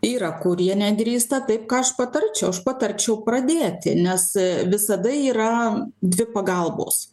yra kurie nedrįsta taip ką aš patarčiau aš patarčiau pradėti nes visada yra dvi pagalbos